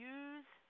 use